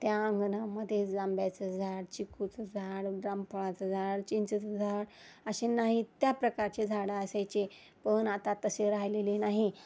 त्या अंगणामध्ये जांब्याचं झाड चिकूचं झाड रामफळाचं झाड चिंचेचं झाड असे नाही त्या प्रकारचे झाडं असायचे पण आता तसे राहिलेली नाही